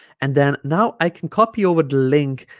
and then now i can copy over the link